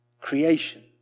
Creation